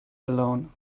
alone